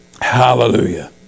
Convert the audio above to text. hallelujah